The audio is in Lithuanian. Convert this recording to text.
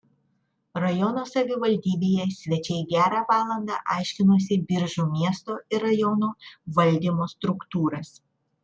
rajono savivaldybėje svečiai gerą valandą aiškinosi biržų miesto ir rajono valdymo struktūras